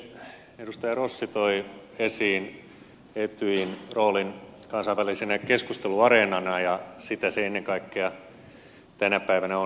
edustaja rossi toi esiin etyjin roolin kansainvälisenä keskusteluareenana ja sitä se ennen kaikkea tänä päivänä on